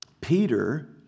Peter